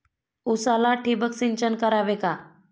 उसाला ठिबक सिंचन करावे का?